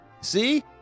See